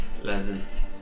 Pleasant